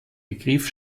begriff